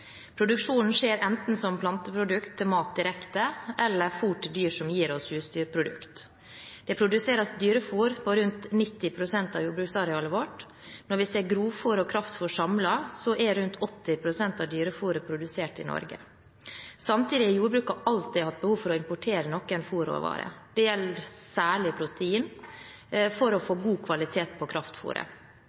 til mat direkte, eller fôr til dyr som gir oss husdyrprodukter. Det produseres dyrefôr på rundt 90 pst. av jordbruksarealet vårt. Når vi ser grovfôr og kraftfôr samlet, så er rundt 80 pst. av dyrefôret produsert i Norge. Samtidig har jordbruket alltid hatt behov for å importere noen fôrråvarer. Det gjelder særlig protein, for å få god kvalitet på